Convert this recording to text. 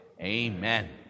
Amen